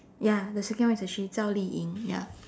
ya the second one is a she Zhao-Li-Ying ya